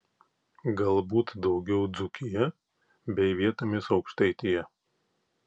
galbūt daugiau dzūkija bei vietomis aukštaitija